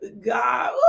God